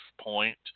point